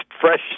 fresh